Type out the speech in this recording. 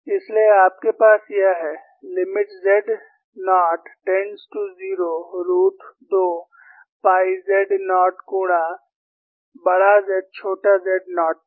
इसलिए आपके पास यह है limit z naught tends to 0 root 2 pi z naught गुणा Z z नॉट तक